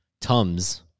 Tums